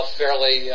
fairly